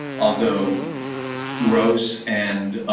although gross and